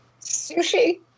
Sushi